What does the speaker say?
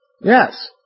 Yes